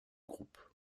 groupe